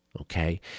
okay